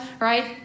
right